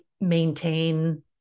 maintain